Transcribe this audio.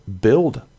build